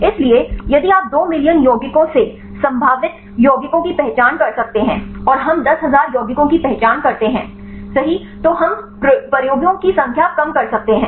इसलिए यदि आप दो मिलियन यौगिकों से संभावित यौगिकों की पहचान कर सकते हैं और हम दस हजार यौगिकों की पहचान करते हैं तो हम सही प्रयोगों की संख्या कम कर सकते हैं